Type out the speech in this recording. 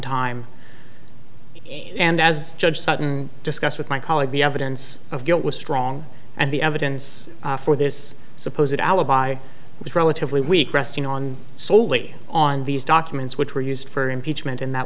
time and as judge sutton discussed with my colleague the evidence of guilt was strong and the evidence for this supposed alibi was relatively weak resting on soley on these documents which were used for impeachment in that